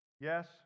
Yes